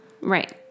Right